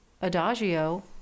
adagio